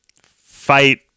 fight